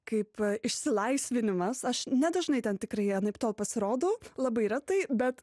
kaip išsilaisvinimas aš nedažnai ten tikrai anaiptol pasirodau labai retai bet